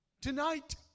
tonight